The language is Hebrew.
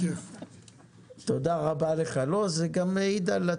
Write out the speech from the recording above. זה גם מעיד עליך